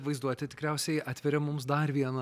vaizduotė tikriausiai atveria mums dar vieną